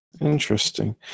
Interesting